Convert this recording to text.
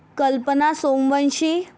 Kalpana Somvanshi